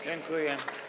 Dziękuję.